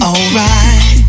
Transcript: Alright